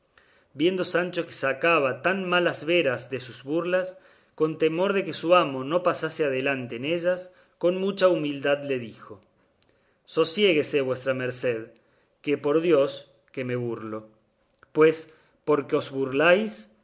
viendo sancho que sacaba tan malas veras de sus burlas con temor de que su amo no pasase adelante en ellas con mucha humildad le dijo sosiéguese vuestra merced que por dios que me burlo pues porque